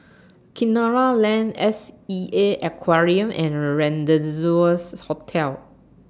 Kinara Lane S E A Aquarium and Rendezvous Hotel